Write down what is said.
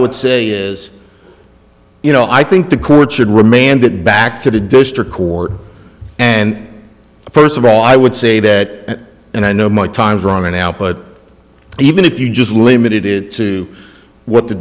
would say is you know i think the court should remain and get back to the district court and first of all i would say that and i know my time's running out but even if you just limited to what the